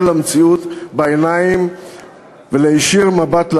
למציאות בעיניים ולהישיר מבט לעתיד.